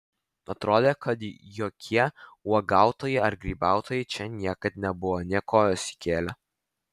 atrodė kad jokie uogautojai ar grybautojai čia niekad nebuvo nė kojos įkėlę